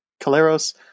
Caleros